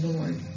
Lord